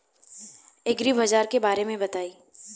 एग्रीबाजार के बारे में बताई?